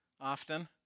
often